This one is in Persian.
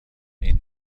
این